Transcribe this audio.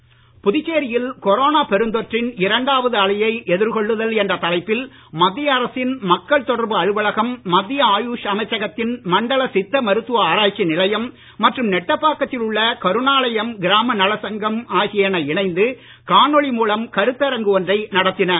கருத்தரங்கு புதுச்சேரியில் கொரோனா பெருந்தொற்றின் இரண்டாவது அலையை எதிர்கொள்ளுங்கள் என்ற தலைப்பில் மத்திய அரசின் மக்கள் தொடர்பு அலுவலகம் மத்திய ஆயுஷ் அமைச்சகத்தின் மண்டல சித்த மருத்துவ ஆராய்ச்சி நிலையம் மற்றும் நெட்டப்பாக்கத்தில் உள்ள கருணாலயம் கிராம நலச் சங்கம் ஆகியன இணைந்து காணொளி மூலம் கருத்தரங்கு ஒன்றை நடத்தினர்